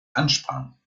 ansprangen